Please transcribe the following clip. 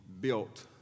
built